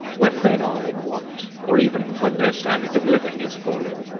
when men are in want, or even when their standard of living is falling,